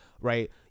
right